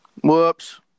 Whoops